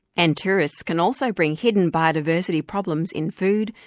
and tourists can also bring hidden biodiversity problems in food,